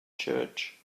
church